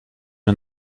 mir